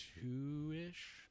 two-ish